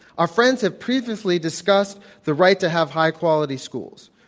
our friends have previously discussed the right to have high-quality schools.